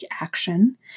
action